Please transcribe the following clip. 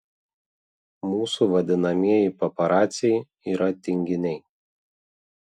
mūsų vadinamieji paparaciai yra tinginiai